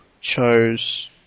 chose